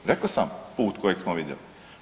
Rekao sam put kojeg smo vidjeli.